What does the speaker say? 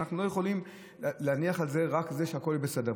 אנחנו לא יכולים רק להניח שהכול יהיה בסדר.